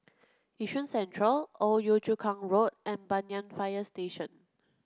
Yishun Central Old Yio Chu Kang Road and Banyan Fire Station